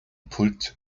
pult